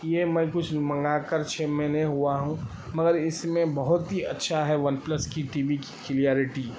یہ میں کچھ منگا کر چھ مہینے ہوا ہوں مگر اس میں بہت ہی اچھا ہے ون پلس کی ٹی وی کی کلیارٹی